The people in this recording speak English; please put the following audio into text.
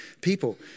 people